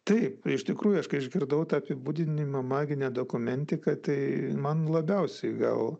taip iš tikrųjų aš kai išgirdau tą apibūdinimą maginė dokumentika tai man labiausiai gal